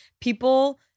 people